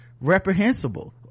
reprehensible